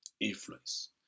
influence